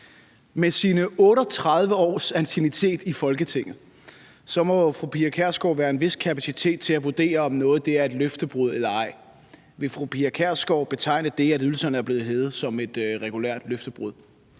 Med sine 38 års anciennitet i Folketinget må fru Pia Kjærsgaard være en vis kapacitet til at vurdere, om noget er et løftebrud eller ej. Vil fru Pia Kjærsgaard betegne det, at ydelserne er blevet hævet, som et regulært løftebrud?